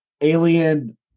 alien